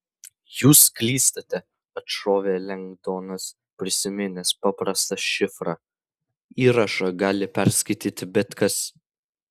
jūs klystate atšovė lengdonas prisiminęs paprastą šifrą įrašą gali perskaityti bet kas